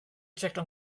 checked